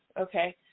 okay